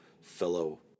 fellow